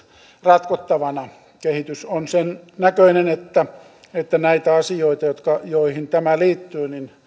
ratkottavana kehitys on sen näköinen että että näitä asioita joihin tämä liittyy